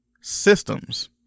systems